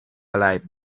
alive